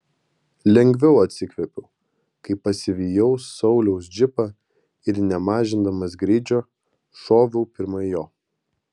lengviau atsikvėpiau kai pasivijau sauliaus džipą ir nemažindamas greičio šoviau pirma jo